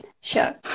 Sure